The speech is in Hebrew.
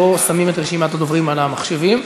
לא שמים את רשימת הדוברים במחשבים,